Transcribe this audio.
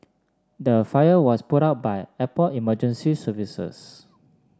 the fire was put out by airport emergency services